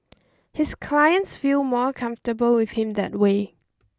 his clients feel more comfortable with him that way